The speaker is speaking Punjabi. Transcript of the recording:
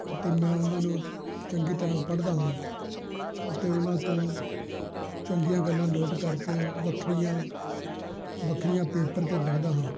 ਅਤੇ ਮੈਂ ਉਹਨਾਂ ਨੂੰ ਚੰਗੀ ਤਰ੍ਹਾਂ ਪੜ੍ਹਦਾ ਹਾਂ ਅਤੇ ਉਹਨਾਂ ਤੋਂ ਚੰਗੀਆਂ ਗੱਲਾਂ ਨੋਟ ਕਰਕੇ ਵੱਖਰੀਆਂ ਵੱਖਰੀਆਂ ਪੇਪਰ 'ਤੇ ਲਿਖਦਾ ਹਾਂ